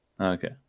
Okay